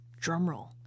drumroll